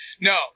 No